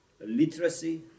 literacy